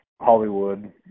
Hollywood